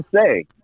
say